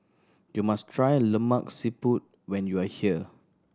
you must try Lemak Siput when you are here